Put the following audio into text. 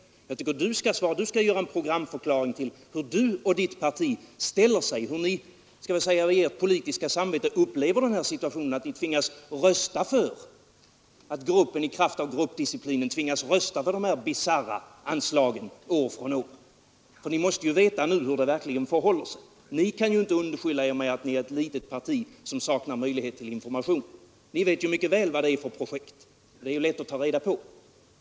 Jag tycker att ni skall göra en program förklaring och tala om hur ert parti ställer sig, hur ert politiska samvete upplever den situationen att gruppen i kraft av partidisciplinen år efter år tvingas rösta på de här bisarra anslagen. För ni måste ju veta nu hur det verkligen förhåller sig. Ni kan inte skylla från er med att ni är ett litet parti som saknar möjlighet till information. Ni vet mycket väl vad det är för projekt. Det är lätt att ta reda på.